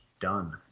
done